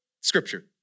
scripture